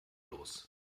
los